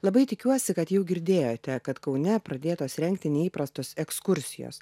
labai tikiuosi kad jau girdėjote kad kaune pradėtos rengti neįprastos ekskursijos